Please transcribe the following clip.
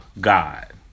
God